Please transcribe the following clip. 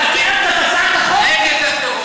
אתה יצרת אותו לפני שעה קלה.